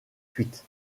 cuite